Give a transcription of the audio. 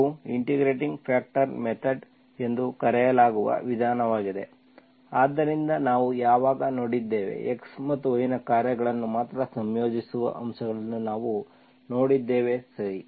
ಇದು integrating factor method ಎಂದು ಕರೆಯಲಾಗುವ ವಿಧಾನವಾಗಿದೆ ಆದ್ದರಿಂದ ನಾವು ಯಾವಾಗ ನೋಡಿದ್ದೇವೆ x ಅಥವಾ y ನ ಕಾರ್ಯಗಳನ್ನು ಮಾತ್ರ ಸಂಯೋಜಿಸುವ ಅಂಶಗಳನ್ನು ನಾವು ನೋಡಿದ್ದೇವೆ ಸರಿ